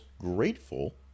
grateful